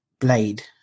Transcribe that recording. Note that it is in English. Blade